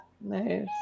Nice